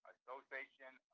Association